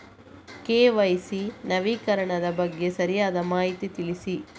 KYC ನವೀಕರಣದ ಬಗ್ಗೆ ಸರಿಯಾದ ಮಾಹಿತಿ ತಿಳಿಸಿ?